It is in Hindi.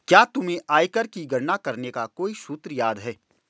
क्या तुम्हें आयकर की गणना करने का कोई सूत्र याद है?